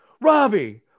Robbie